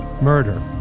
Murder